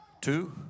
Two